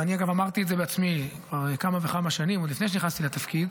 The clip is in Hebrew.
ואני אגב אמרתי את זה בעצמי כמה וכמה שנים עוד לפני שנכנסתי לתפקיד,